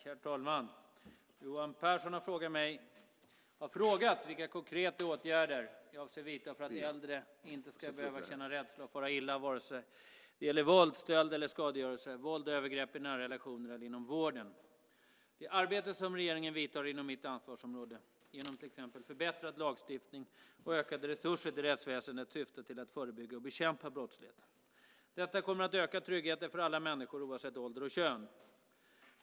Herr talman! Johan Pehrson har frågat vilka konkreta åtgärder jag avser att vidta för att äldre inte ska behöva känna rädsla och fara illa vare sig det gäller våld, stöld eller skadegörelse, våld och övergrepp i nära relationer eller inom vården. Det arbete som regeringen vidtar inom mitt ansvarsområde genom till exempel förbättrad lagstiftning och ökade resurser till rättsväsendet syftar till att förebygga och bekämpa brottslighet. Detta kommer att öka tryggheten för alla människor oavsett ålder och kön.